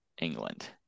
England